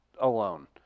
alone